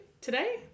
today